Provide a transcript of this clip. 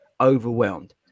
overwhelmed